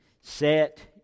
Set